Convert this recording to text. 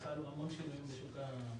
חלו המון שינויים בסלולר,